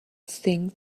things